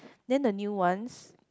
then the new ones